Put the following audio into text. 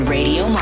Radio